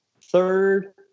third